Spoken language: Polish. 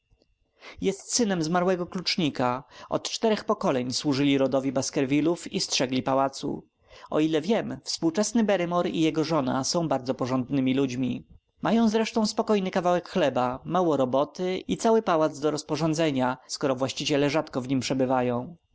jest synem zmarłego klucznika od czterech pokoleń służyli rodowi baskervillów i strzegli pałacu o ile wiem współczesny barrymore i jego żona są bardzo porządnymi ludźmi mają zresztą spokojny kawałek chleba mało roboty i cały pałac do rozporządzenia skoro właściciele rzadko w nim przebywają